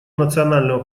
национального